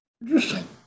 Interesting